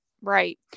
right